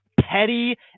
petty